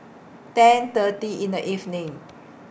ten thirty in The evening